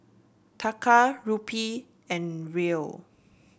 Taka Rupee and Riel